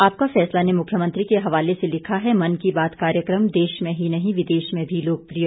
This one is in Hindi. आपका फैसला ने मुख्यमंत्री के हवाले से लिखा है मन की बात कार्यक्रम देश में ही नहीं विदेश में भी लोकप्रिय